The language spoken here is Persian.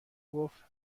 گفت